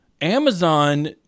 Amazon